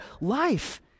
life